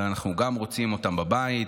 אנחנו גם רוצים אותם בבית'.